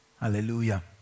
Hallelujah